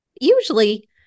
usually